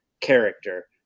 character